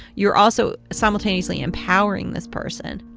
you're also simultaneously empowering this person.